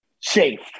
safe